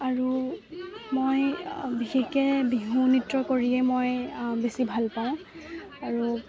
আৰু মই বিশেষকৈ বিহু নৃত্য কৰিয়ে মই বেছি ভালপাওঁ আৰু